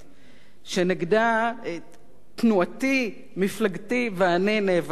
שנגדה תנועתי, מפלגתי ואני נאבקות עד היום.